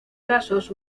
casos